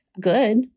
good